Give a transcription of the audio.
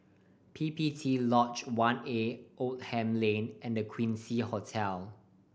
P P T Lodge One A Oldham Lane and The Quincy Hotel